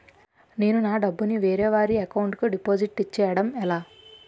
నేను నా డబ్బు ని వేరే వారి అకౌంట్ కు డిపాజిట్చే యడం ఎలా?